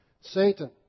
Satan